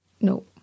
No